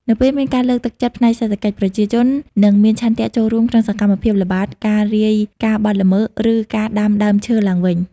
នៅពេលមានការលើកទឹកចិត្តផ្នែកសេដ្ឋកិច្ច ប្រជាជននឹងមានឆន្ទៈចូលរួមក្នុងសកម្មភាពល្បាត ការរាយការណ៍បទល្មើស ឬការដាំដើមឈើឡើងវិញ។